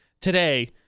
today